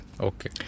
Okay